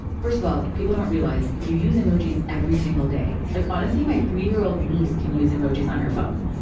first of all, people don't realize, you use emojis every single day. like honestly, my three-year-old niece can use emojis on her phone.